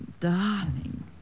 darling